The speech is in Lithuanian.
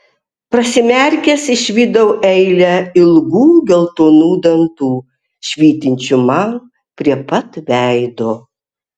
prasimerkęs išvydau eilę ilgų geltonų dantų švytinčių man prie pat veido